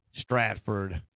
Stratford